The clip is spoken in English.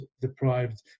deprived